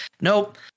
nope